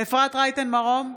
אפרת רייטן מרום,